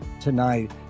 tonight